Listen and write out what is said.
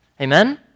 Amen